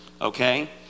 okay